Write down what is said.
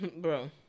bro